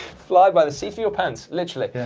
fly by the seat of your pants, literally.